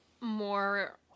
more